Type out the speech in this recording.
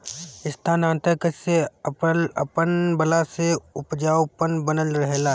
स्थानांतरण कृषि के अपनवला से उपजाऊपन बनल रहेला